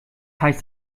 heißt